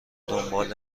دنبال